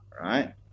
right